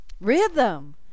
Rhythm